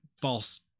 false